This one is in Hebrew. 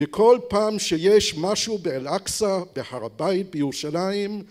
‫בכל פעם שיש משהו באל-אקצה, ‫בהר הבית, בירושלים...